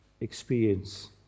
experience